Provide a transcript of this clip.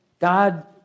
God